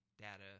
data